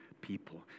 people